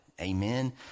Amen